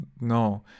No